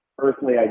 earthly